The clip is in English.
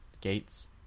Gates